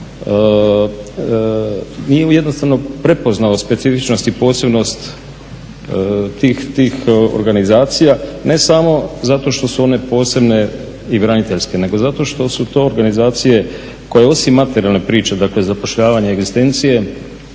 nije jednostavno prepoznao specifičnost i posebnost tih organizacija, ne samo zato što su one posebne i braniteljske nego zato što su to organizacije koje osim materijalne priče zapošljavanja i egzistencije,